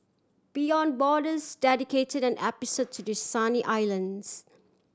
Beyond Borders dedicated an episode to the sunny islands